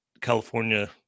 California